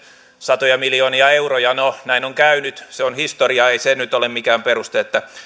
satoja miljoonia euroja no näin on käynyt se on historiaa ei se nyt ole mikään peruste että